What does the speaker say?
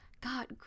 God